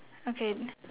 okay